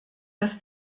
dass